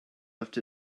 left